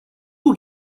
will